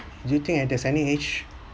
you think there's any age